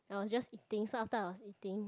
I was just eating so after I was eating